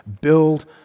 build